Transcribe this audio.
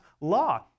law